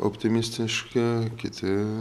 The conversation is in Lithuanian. optimistiški kiti